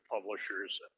publishers